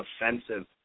offensive